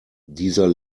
dieser